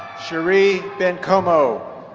cheri bencomo.